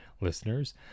listeners